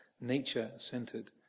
nature-centered